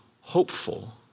hopeful